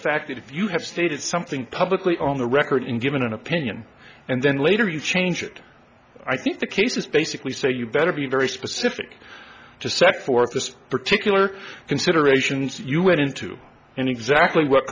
fact that if you have stated something publicly on the record in giving an opinion and then later you change it i think the case is basically so you better be very specific to set forth this particular considerations you went into and exactly what